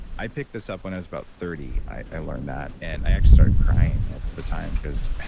i picked this up when i was about thirty, i learned that. and i actually started crying at the time, because